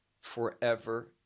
forever